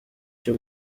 cyo